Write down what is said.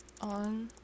on